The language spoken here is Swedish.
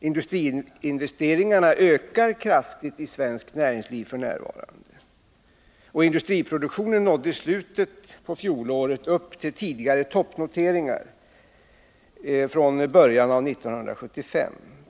Industriinvesteringarna ökar kraftigt i svenskt näringsliv f. n., och industriproduktionen nådde i slutet av fjolåret upp till tidigare toppnoteringar från början av 1975.